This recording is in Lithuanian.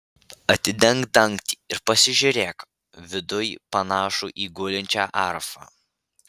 atidenk dangtį ir pasižiūrėk viduj panašu į gulinčią arfą